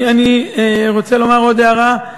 אני רוצה לומר עוד הערה.